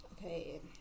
Okay